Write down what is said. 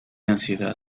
ansiedad